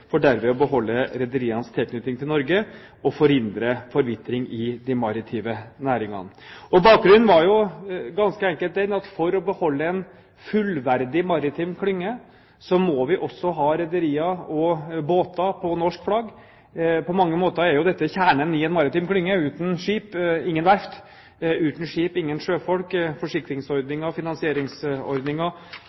for derved å beholde rederienes tilknytning til Norge og forhindre forvitring i de maritime næringene. Bakgrunnen var, ganske enkelt: For å beholde en fullverdig maritim klynge måtte vi også ha rederier og båter under norsk flagg. På mange måter er jo dette kjernen i en maritim klynge: uten skip – ingen verft, ingen sjøfolk, ingen